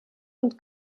und